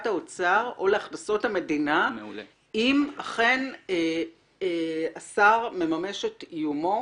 האוצר או להכנסות המדינה אם אכן השר מממש את איומו.